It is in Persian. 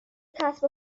کسب